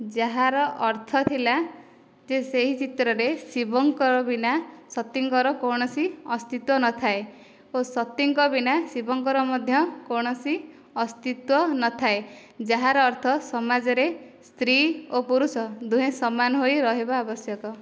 ଯାହାର ଅର୍ଥ ଥିଲା ଯେ ସେହି ଚିତ୍ରରେ ଶିବଙ୍କର ବିନା ସତୀଙ୍କର କୌଣସି ଅସ୍ତିତ୍ଵ ନଥାଏ ଓ ସତୀଙ୍କ ବିନା ଶିବଙ୍କର ମଧ୍ୟ କୌଣସି ଅସ୍ତିତ୍ଵ ନଥାଏ ଯାହାର ଅର୍ଥ ସମାଜରେ ସ୍ତ୍ରୀ ଓ ପୁରୁଷ ଦୁହେଁ ସମାନ ହୋଇ ରହିବା ଆବଶ୍ୟକ